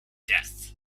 death